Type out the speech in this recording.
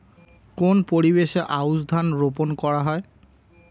কোন পরিবেশে আউশ ধান রোপন করা হয়?